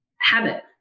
habit